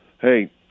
Hey